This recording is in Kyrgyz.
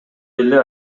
эле